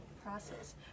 process